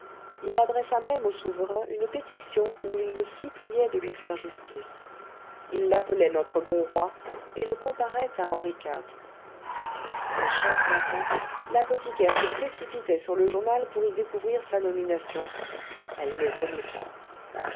il adressa même au souverain une pétition où il le suppliait de lui faire justice il l'appelait notre bon roi et le comparait à henri iv et chaque matin l'apothicaire se précipitait sur le journal pour y découvrir sa nomination elle ne venait pas